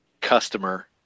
customer